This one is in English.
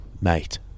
Mate